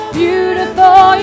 beautiful